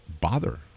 bother